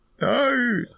No